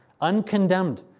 uncondemned